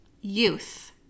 youth